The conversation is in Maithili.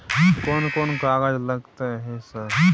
कोन कौन कागज लगतै है सर?